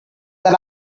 that